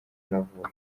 navuye